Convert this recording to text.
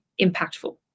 impactful